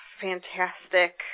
fantastic